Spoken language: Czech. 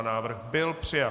Návrh byl přijat.